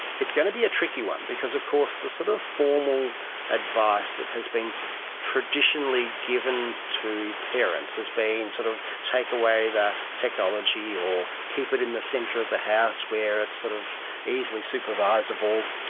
it's going to be a tricky one because of course the sort of formal advice that has been traditionally given to parents as being sort of take away the technology or keep it in the centre of the house where is sort of easily supervisable,